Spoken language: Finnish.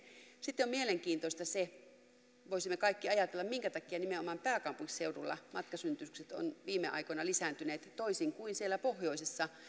sitten on mielenkiintoista se ja voisimme kaikki ajatella minkä takia nimenomaan pääkaupunkiseudulla matkasynnytykset ovat viime aikoina lisääntyneet toisin kuin siellä pohjoisessa